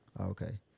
Okay